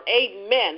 amen